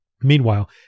Meanwhile